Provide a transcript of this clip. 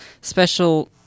special